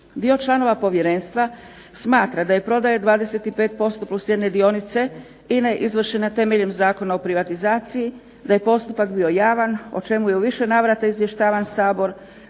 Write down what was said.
Dio članova povjerenstva smatra da je prodaja 25% + jedne dionice INA-e izvršena temeljem Zakona o privatizaciji, da je postupak bio javan o čemu je u više navrata izvještavan SAbor,